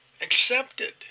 accepted